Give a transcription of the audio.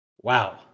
Wow